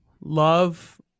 love